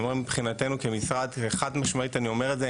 אנחנו אומרים את זה מבחינתנו כמשרד חד משמעית אני אומר את זה,